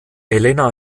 elena